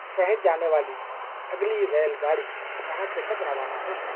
شہر جانے والی اگلی ریل گاڑی یہاں سے کب روانہ ہوگی